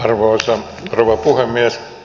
arvoisa rouva puhemies